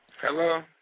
Hello